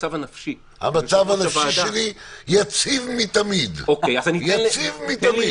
המצב הנפשי שלי יציב מתמיד, יציב מתמיד.